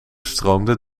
stroomde